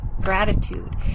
gratitude